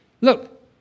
look